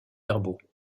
verbaux